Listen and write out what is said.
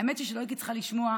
האמת היא שלא הייתי צריכה לשמוע.